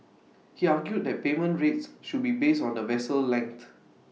he argued that payment rates should be based on the vessel length